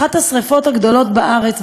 אחת השרפות הגדולות בארץ,